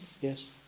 Yes